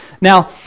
Now